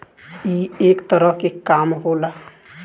ई एक तरह के काम होला